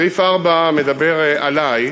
סעיף 4, מדבר עלי.